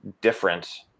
different